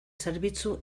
zerbitzu